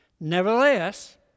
Nevertheless